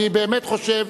אני באמת חושב